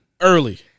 early